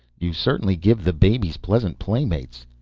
you certainly give the babies pleasant playmates.